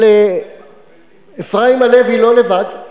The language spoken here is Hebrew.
אבל אפרים הלוי לא לבד.